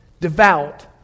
devout